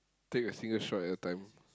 take a single shot at a time